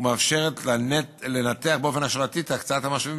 ומאפשרת לנתח באופן השוואתי את הקצאת המשאבים